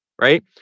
right